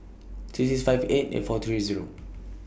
six six five eight eight four three Zero